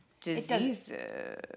diseases